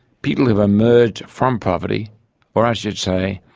people have emerged from poverty or, i should say,